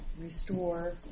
restore